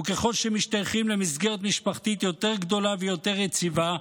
וככל שמשתייכים למסגרת משפחתית יותר גדולה ויותר יציבה,